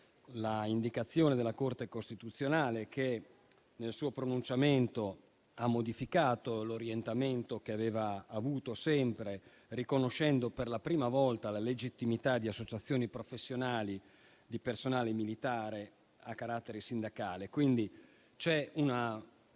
l'indicazione della Corte costituzionale, che nel suo pronunciamento ha modificato l'orientamento che aveva avuto sempre, riconoscendo per la prima volta la legittimità di associazioni professionali di personale militare a carattere sindacale, è una